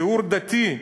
שיעור דתי,